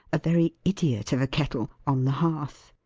a very idiot of a kettle, on the hearth.